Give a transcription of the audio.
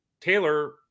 Taylor